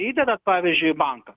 įdedat pavyzdžiui į banką